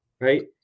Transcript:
Right